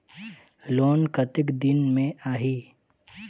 Loan कतेक दिन मे आही?